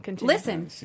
listen